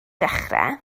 dechrau